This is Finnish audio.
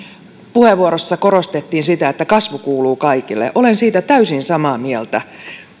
puheenvuorossa korostettiin sitä että kasvu kuuluu kaikille olen siitä täysin samaa mieltä